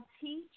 teach